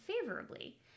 favorably